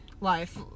life